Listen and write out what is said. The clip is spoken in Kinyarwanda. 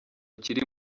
kiri